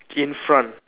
in front